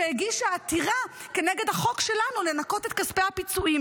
שהגישה עתירה כנגד החוק שלנו לנכות את כספי הפיצויים